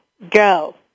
Go